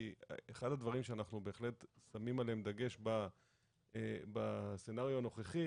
כי אחד הדברים שאנחנו בהחלט שמים עליהם דגש בסצנריו הנוכחי